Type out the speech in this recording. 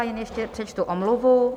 Jen ještě přečtu omluvu.